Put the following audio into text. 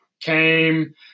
came